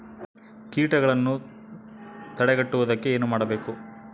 ಕೇಟಗಳನ್ನು ತಡೆಗಟ್ಟುವುದಕ್ಕೆ ಏನು ಮಾಡಬೇಕು?